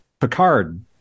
Picard